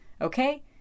Okay